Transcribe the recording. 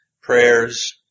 prayers